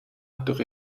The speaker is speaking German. durch